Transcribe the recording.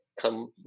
come